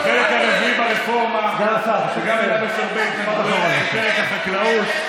החלק הרביעי ברפורמה הוא פרק החקלאות.